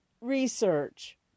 research